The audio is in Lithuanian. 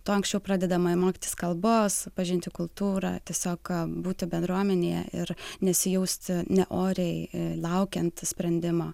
tuo anksčiau pradedama mokytis kalbos pažinti kultūrą tiesiog būti bendruomenėje ir nesijausti ne oriai laukiant sprendimo